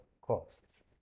costs